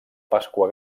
pasqua